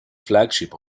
flagship